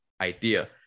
idea